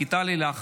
(תיקון מס' 78)